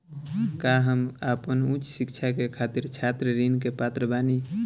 का हम आपन उच्च शिक्षा के खातिर छात्र ऋण के पात्र बानी?